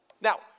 Now